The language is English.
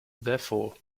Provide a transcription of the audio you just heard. therefore